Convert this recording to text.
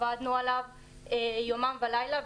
זה כסף שעבדנו עליו יומם ולילה.